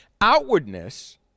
Outwardness